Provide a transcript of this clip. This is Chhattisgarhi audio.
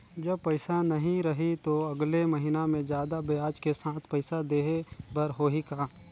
जब पइसा नहीं रही तो अगले महीना मे जादा ब्याज के साथ पइसा देहे बर होहि का?